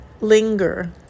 linger